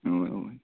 اَوے اَوے